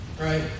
Right